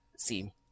See